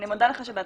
אני מודה לך שבאת,